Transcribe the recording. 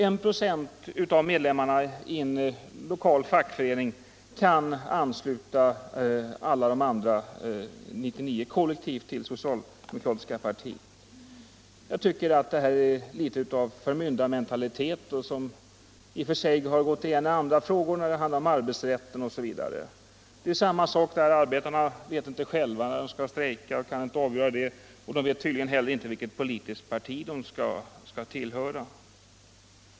1 96 av medlemmarna i en lokal fackförening kan ansluta alla de andra 99 procenten kollektivt till det socialdemokratiska partiet. Jag tycker att det här är litet av förmyndarmentalitet, något som i och för sig har gått igen i andra frågor, t.ex. beträffande arbetsrätten. Arbetarna vet inte själva när de skall strejka, och de vet tydligen inte heller vilket parti de skall tillhöra.